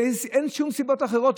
ואין שום סיבות אחרות.